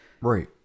Right